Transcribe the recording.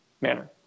manner